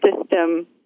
system